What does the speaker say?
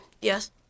Yes